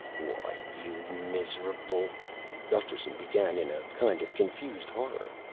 why, you miserable gusterson began in a kind of confused horror,